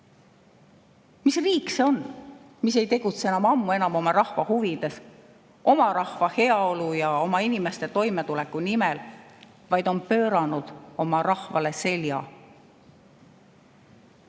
Mis riik see on, mis ei tegutse ammu enam oma rahva huvides, rahva heaolu ja inimeste toimetuleku nimel, vaid on pööranud oma rahvale selja?